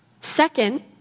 Second